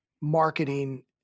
marketing